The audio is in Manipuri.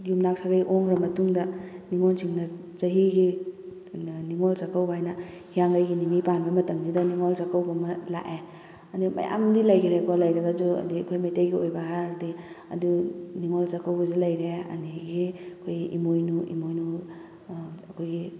ꯌꯨꯝꯅꯥꯛ ꯁꯥꯒꯩ ꯑꯣꯟꯈ꯭ꯔ ꯃꯇꯨꯡꯗ ꯅꯤꯡꯉꯣꯜꯁꯤꯡꯅ ꯆꯍꯤꯒꯤ ꯅꯤꯡꯉꯣꯜ ꯆꯥꯛꯀꯧꯕ ꯍꯥꯏꯅ ꯍꯤꯌꯥꯡꯒꯩꯒꯤ ꯅꯤꯅꯤ ꯄꯥꯟꯕ ꯃꯇꯝꯁꯤꯗ ꯅꯤꯡꯉꯣꯜ ꯆꯥꯛꯀꯧꯕ ꯑꯃ ꯂꯥꯛꯑꯦ ꯑꯗꯩ ꯃꯌꯥꯝꯗꯤ ꯂꯩꯈ꯭ꯔꯦꯀꯣ ꯂꯩꯔꯒꯁꯨ ꯑꯗꯩ ꯑꯩꯈꯣꯏ ꯃꯩꯇꯩꯒꯤ ꯑꯣꯏꯕ ꯍꯥꯏꯔꯗꯤ ꯑꯗꯨ ꯅꯤꯡꯉꯣꯜ ꯆꯥꯛꯀꯧꯕꯁꯨ ꯂꯩꯔꯦ ꯑꯗꯒꯤ ꯑꯩꯈꯣꯏꯒꯤ ꯏꯃꯣꯏꯅꯨ ꯏꯃꯣꯏꯅꯨ ꯑꯩꯈꯣꯏꯒꯤ